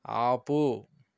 ఆపు